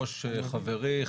חברי,